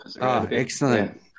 excellent